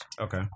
Okay